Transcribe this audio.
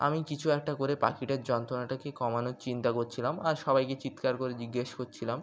আমি কিছু একটা করে পাখিটার যন্ত্রণাটাকে কমানোর চিন্তা করছিলাম আর সবাইকে চিৎকার করে জিজ্ঞেস করছিলাম